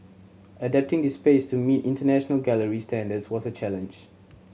adapting this space to meet international gallery standards was a challenge